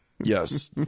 yes